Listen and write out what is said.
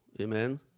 Amen